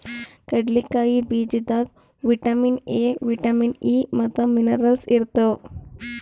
ಕಡ್ಲಿಕಾಯಿ ಬೀಜದಾಗ್ vitamin A, vitamin E ಮತ್ತ್ ಮಿನರಲ್ಸ್ ಇರ್ತವ್